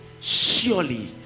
surely